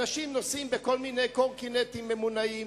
אנשים נוסעים בכל מיני קורקינטים ממונעים,